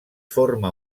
forma